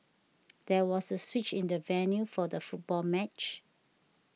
there was a switch in the venue for the football match